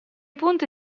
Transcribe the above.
punti